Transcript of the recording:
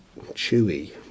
chewy